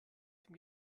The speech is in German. dem